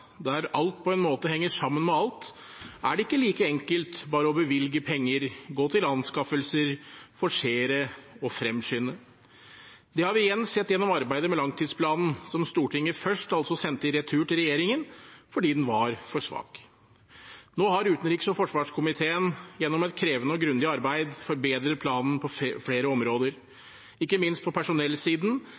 der alt på en måte henger sammen med alt, er det ikke like enkelt bare å bevilge penger, gå til anskaffelser, forsere og fremskynde. Det har vi igjen sett gjennom arbeidet med langtidsplanen, som Stortinget først altså sendte i retur til regjeringen, fordi den var for svak. Nå har utenriks- og forsvarskomiteen gjennom et krevende og grundig arbeid forbedret planen på flere områder, ikke minst på personellsiden